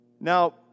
Now